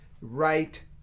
right